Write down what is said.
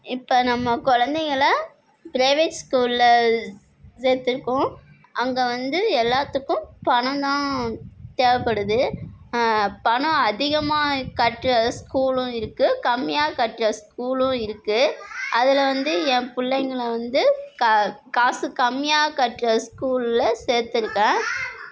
இப்போ நம்ம குழந்தைங்கள பிரைவேட் ஸ்கூலில் சேர்த்துருக்கோம் அங்கே வந்து எல்லாத்துக்கும் பணம் தான் தேவைபடுது பணம் அதிகமாக கட்டுகிற ஸ்கூல்லும் இருக்குது கம்மியாக கட்டுகிற ஸ்கூல்லும் இருக்குது அதில் வந்து என் புள்ளைங்களை வந்து கா காசு கம்மியாக கட்டுகிற ஸ்கூலில் வந்து சேர்த்துருக்கன்